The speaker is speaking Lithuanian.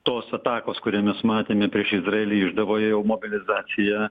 tos atakos kurią mes matėme prieš izraelį išdavoje jau mobilizacija